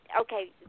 okay